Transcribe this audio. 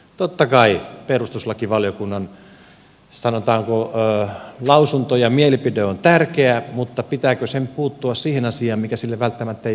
totta kai perustuslakivaliokunnan sanotaanko lausunto ja mielipide ovat tärkeitä mutta pitääkö sen puuttua siihen asiaan mikä sille välttämättä ei kuulu